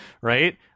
right